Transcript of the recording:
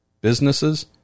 businesses